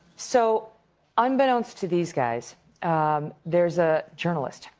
so unbeknownst to these guys um there's a journalist,